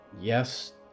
Yes